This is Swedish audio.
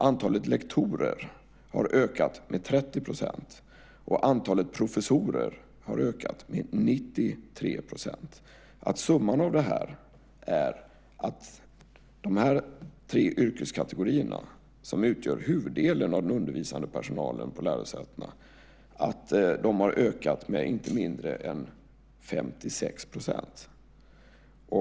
Antalet lektorer har ökat med 30 %, och antalet professorer har ökat med 93 %. Summan av detta är att de här tre yrkeskategorierna, som utgör huvuddelen av den undervisande personalen på lärosätena, har ökat med inte mindre än 56 %.